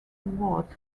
wards